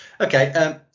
okay